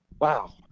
wow